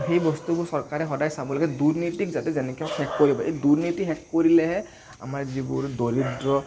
সেই বস্তুবোৰ চৰকাৰে সদায় চাব লাগে যে দুৰ্নীতিক যাতে যেনেকে হওক শেষ কৰিব লাগে দুৰ্নীতি শেষ কৰিলেহে আমাৰ যিবোৰ দৰিদ্ৰ